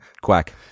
quack